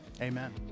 Amen